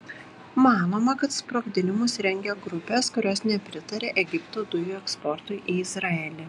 manoma kad sprogdinimus rengia grupės kurios nepritaria egipto dujų eksportui į izraelį